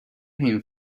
him